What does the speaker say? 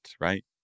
right